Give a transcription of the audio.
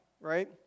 right